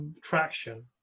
traction